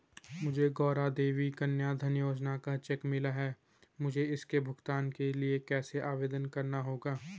मुझे गौरा देवी कन्या धन योजना का चेक मिला है मुझे इसके भुगतान के लिए कैसे आवेदन करना होगा?